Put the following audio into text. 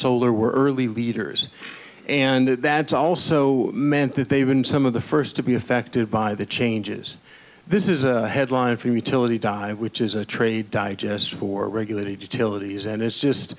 solar we're early leaders and that's also meant that they've been some of the first to be affected by the changes this is a headline from utility dive which is a trade digest for regulated utility is and it's just